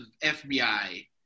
FBI